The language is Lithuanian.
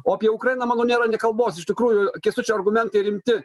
o apie ukrainą manau nėra nei kalbos iš tikrųjų kęstučio argumentai rimti